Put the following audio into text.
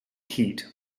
heat